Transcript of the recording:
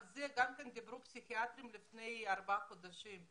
גם על זה דיברו פסיכיאטרים לפני ארבעה חודשים.